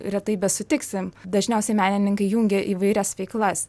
retai besutiksi dažniausiai menininkai jungia įvairias veiklas